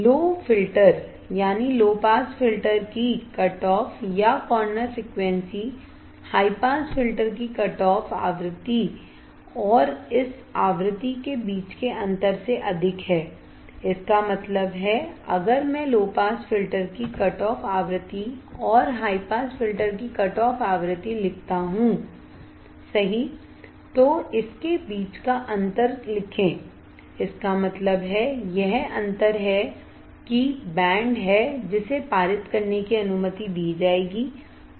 लो filter की cutoff या corner frequency high pass filter की कटऑफ आवृत्ति और इस आवृत्ति के बीच के अंतर से अधिक है इसका मतलब है अगर मैं लो पास फिल्टर की कटऑफ आवृत्ति और हाई पास फिल्टर की कटऑफ आवृत्ति लिखता हूंसही तो इसके बीच का अंतर लिखें इसका मतलब है यह अंतर है कि बैंड है जिसे पारित करने की अनुमति दी जाएगी